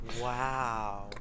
Wow